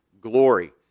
glory